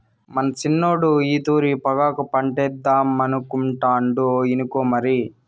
మన సిన్నోడు ఈ తూరి పొగాకు పంటేద్దామనుకుంటాండు ఇనుకో మరి